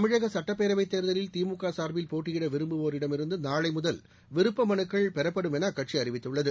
தமிழக சுட்டப்பேரவைத் தேர்தலில் திமுக சார்பில் போட்டியிட விரும்புவோரிடமிருந்து நாளைமுதல் விருப்ப மனுக்கள் பெறப்படும் என அக்கட்சி அறிவித்துள்ளது